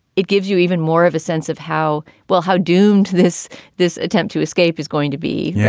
it gives you even more of a sense of how well how doomed this this attempt to escape is going to be,